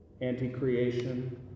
anti-creation